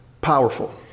powerful